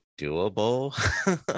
doable